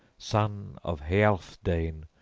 son of healfdene,